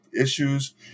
issues